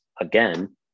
again